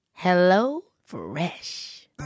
HelloFresh